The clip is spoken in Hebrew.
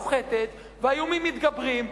הכמות פוחתת והאיומים מתגברים,